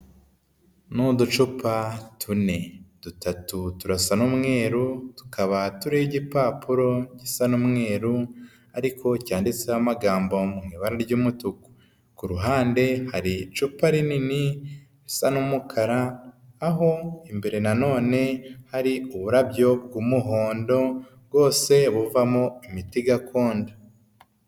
Ni uducupa tune, dutatu turasa n'umweru, tukaba turiho igipapuro gisa n'umweru ariko cyanditseho amagambo mu ibara ry'umutuku, ku ruhande hari icupa rinini risa n'umukara aho imbere nanone hari uburabyo bw'umuhondo, bwose buvamo imiti gakondo.